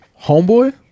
homeboy